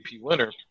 winner